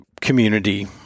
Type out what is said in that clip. community